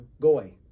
Goy